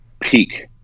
peak